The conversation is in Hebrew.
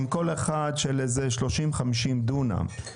כל אחת של 50-30 דונם.